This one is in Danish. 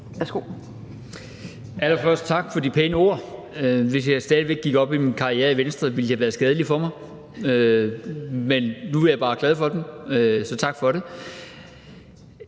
(V): Allerførst tak for de pæne ord. Hvis jeg stadig væk gik op i min karriere i Venstre, ville de være skadelige for mig, men nu er jeg bare glad for dem, så tak for det.